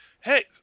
Hey